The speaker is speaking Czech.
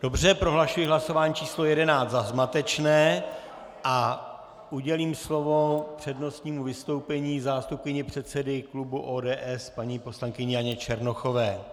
Dobře, prohlašuji hlasování číslo 11 za zmatečné a udělím slovo k přednostnímu vystoupení zástupkyni předsedy klubu ODS paní poslankyni Janě Černochové.